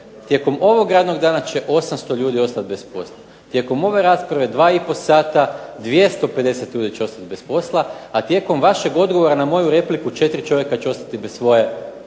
tijekom ovog radnog dana će 800 ljudi ostati bez posla? Tijekom ove rasprave dva i po sata 250 ljudi će ostati bez posla, a tijekom vašeg odgovora na moju repliku četiri čovjeka će ostati bez svojeg posla